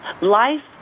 life